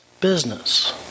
business